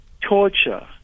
torture